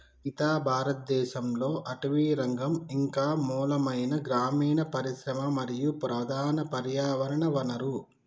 సీత భారతదేసంలో అటవీరంగం ఇంక మూలమైన గ్రామీన పరిశ్రమ మరియు ప్రధాన పర్యావరణ వనరు